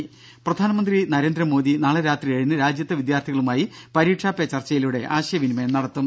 ദേദ പ്രധാനമന്ത്രി നരേന്ദ്രമോദി നാളെ രാത്രി ഏഴിന് രാജ്യത്തെ വിദ്യാർത്ഥികളുമായി പരീക്ഷാ പേ ചർച്ചയിലൂടെ ആശയവിനിമയം നടത്തും